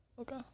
Okay